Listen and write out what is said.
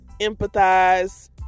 empathize